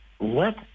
Let